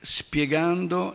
spiegando